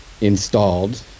installed